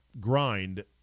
grind